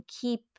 keep